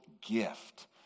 gift